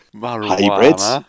Hybrids